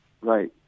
right